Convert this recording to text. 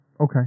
Okay